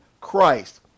Christ